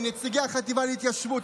מנציגי החטיבה להתיישבות,